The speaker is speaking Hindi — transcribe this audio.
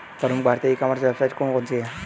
प्रमुख भारतीय ई कॉमर्स वेबसाइट कौन कौन सी हैं?